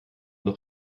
doch